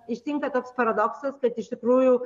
ištinka toks paradoksas kad iš tikrųjų